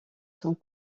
sans